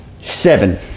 Seven